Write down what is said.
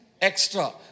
extra